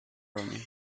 attorney